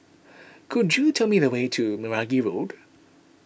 could you tell me the way to Meragi Road